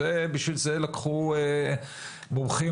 בשביל זה לקחו מומחים,